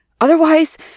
Otherwise